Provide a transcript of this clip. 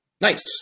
Nice